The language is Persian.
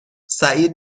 سعید